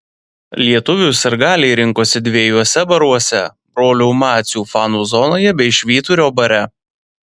lietuvių sirgaliai rinkosi dviejuose baruose brolių macių fanų zonoje bei švyturio bare